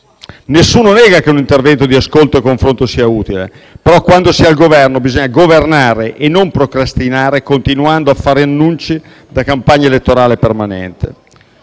Nessuno nega che un intervento di ascolto e confronto sia utile; però, quando si è al Governo, bisogna governare e non procrastinare continuando a fare annunci da campagna elettorale permanente.